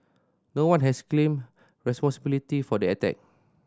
no one has claimed responsibility for the attack